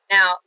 Now